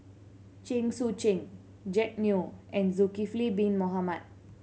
Chen Sucheng Jack Neo and Zulkifli Bin Mohamed